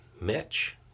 Mitch